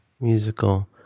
musical